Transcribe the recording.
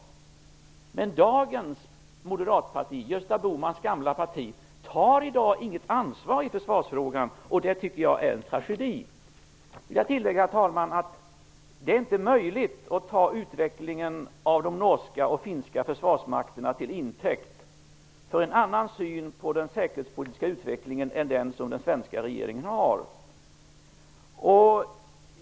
Men dagens Moderata samlingsparti, Gösta Bohmans gamla parti, tar i dag inget ansvar i försvarsfrågan. Det tycker jag är en tragedi. Herr talman! Det är inte möjligt att ta utvecklingen av de norska och finska försvarsmakterna till intäkt för en annan syn på den säkerhetspolitiska utvecklingen än den som den svenska regeringen har.